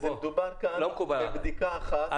וזה מקובל בבדיקה אחת -- לא מקבול עלי.